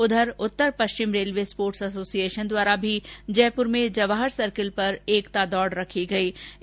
उधर उत्तर पश्चिम रेलवे स्पोर्ट्स एसोसिएशन द्वारा भी जयपुर में जवाहर सर्किल पर एकता दौड़ का आयोजन किया गया